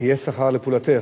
כי יש שכר לפעולתך.